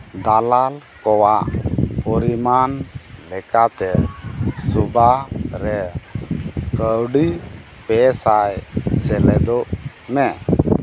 ᱫᱟᱞᱟᱞ ᱠᱚᱣᱟᱜ ᱯᱚᱨᱤᱢᱟᱱ ᱞᱮᱠᱟᱛᱮ ᱥᱳᱵᱷᱟ ᱨᱮ ᱠᱟᱹᱣᱰᱤ ᱯᱮ ᱥᱟᱭ ᱥᱮᱞᱮᱫᱚᱜ ᱢᱮ